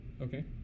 Okay